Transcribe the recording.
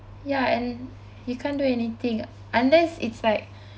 ya and you can't do anything unless it's like